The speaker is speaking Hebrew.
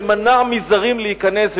שמנע מזרים להיכנס,